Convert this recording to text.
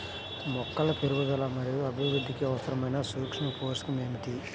మొక్కల పెరుగుదల మరియు అభివృద్ధికి అవసరమైన సూక్ష్మ పోషకం ఏమిటి?